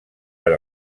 per